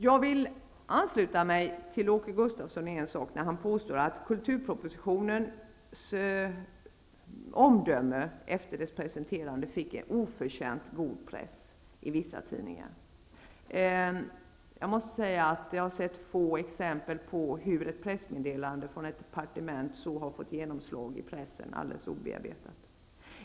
Jag vill ansluta mig till vad Åke Gustavsson sade på en punkt. Han påstår att omdömena om kulturpropositionen i vissa tidningar var oförtjänt goda. Jag har sett få exempel på hur ett pressmeddelande från ett departement alldeles obearbetat har fått ett sådant genomslag i pressen.